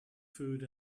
food